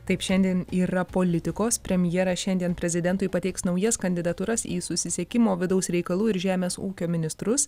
taip šiandien yra politikos premjera šiandien prezidentui pateiks naujas kandidatūras į susisiekimo vidaus reikalų ir žemės ūkio ministrus